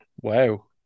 Wow